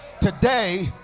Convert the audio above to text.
today